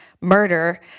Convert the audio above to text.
murder